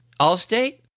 Allstate